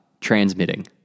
transmitting